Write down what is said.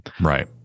Right